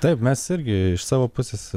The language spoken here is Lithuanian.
taip mes irgi iš savo pusės